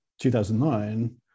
2009